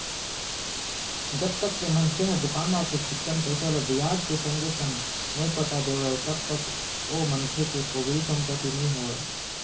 जब तक के मनखे ह दुकानदार के चिक्कन पइसा ल बियाज के संगे संग नइ पटा देवय तब तक ओ मनखे के पोगरी संपत्ति नइ होवय